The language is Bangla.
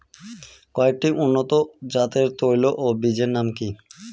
কয়েকটি উন্নত জাতের তৈল ও বীজের নাম কি কি?